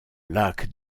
lac